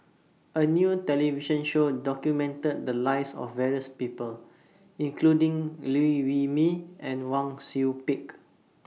A New television Show documented The Lives of various People including Liew Wee Mee and Wang Sui Pick